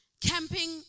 camping